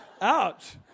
ouch